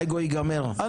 האגו ייגמר,